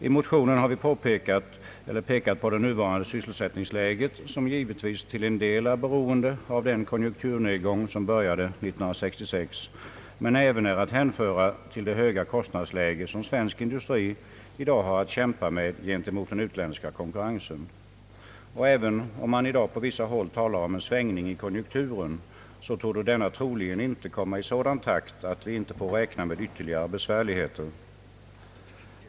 I motionerna har vi pekat på det nuvarande sysselsättningsläget, som givetvis till en del är beroende av den kon junkturnedgång som började 1966 men även är att hänföra till det höga kostnadsläge som svensk industri i dag har att kämpa med gentemot den utländska konkurrensen. Även om man i dag på vissa håll talar om en svängning i konjunkturen torde denna troligen inte komma i sådan takt att vi inte får räkna med ytterligare besvärligheter.